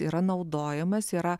yra naudojamas yra